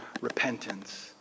repentance